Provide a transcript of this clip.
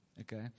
Okay